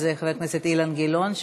אז חבר הכנסת אילן גילאון,